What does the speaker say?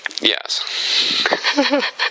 Yes